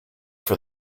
for